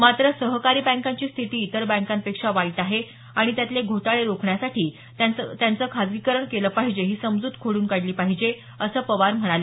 मात्र सहकारी बँकांची स्थिती इतर बँकांपेक्षा वाईट आहे आणि त्यातले घोटाळे रोखण्यासाठी त्यांचं खाजगीकरण केलं पाहिजे ही समजूत खोडून काढली पाहिजे असं पवार म्हणाले